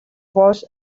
was